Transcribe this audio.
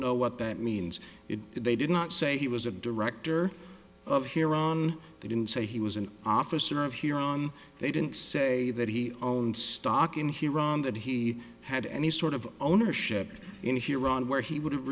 know what that means if they did not say he was a director of here on they didn't say he was an officer of here on they didn't say that he owned stock in here and that he had any sort of ownership in here on where he would have